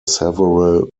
several